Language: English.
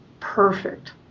perfect